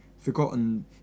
forgotten